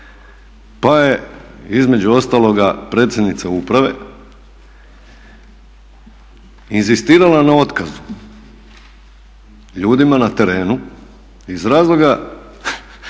Pa je između ostaloga predsjednica uprave inzistirala na otkazu ljudima na terenu iz razloga,